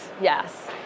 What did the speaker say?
yes